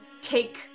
take